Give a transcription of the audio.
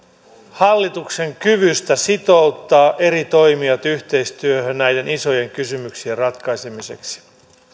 hallituksen kyvystä sitouttaa eri toimijat yhteistyöhön näiden isojen kysymyksien ratkaisemiseksi